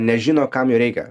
nežino kam jo reikia